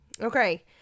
Okay